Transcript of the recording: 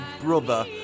Brother